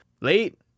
late